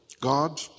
God